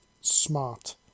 smart